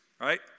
right